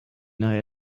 neue